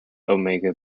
omega